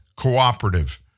cooperative